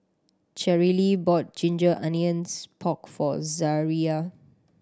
Cherrelle bought ginger onions pork for Zaria